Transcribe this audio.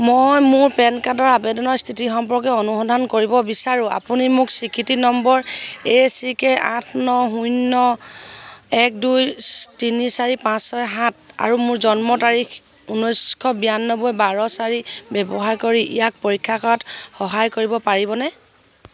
মই মোৰ পেন কাৰ্ডৰ আবেদনৰ স্থিতি সম্পৰ্কে অনুসন্ধান কৰিব বিচাৰোঁ আপুনি মোক স্বীকৃতি নম্বৰ এ চি কে আঠ ন শূন্য এক দুই তিনি চাৰি পাঁচ ছয় সাত আৰু মোৰ জন্ম তাৰিখ ঊনৈশ বিৰানব্বৈ বাৰ চাৰি ব্যৱহাৰ কৰি ইয়াক পৰীক্ষা কৰাত সহায় কৰিব পাৰিবনে